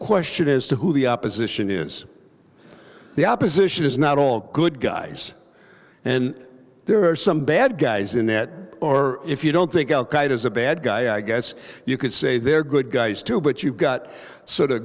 question as to who the opposition is the opposition is not all good guys and there are some bad guys in it or if you don't think al qaeda is a bad guy i guess you could say they're good guys too but you've got s